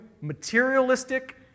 materialistic